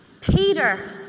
Peter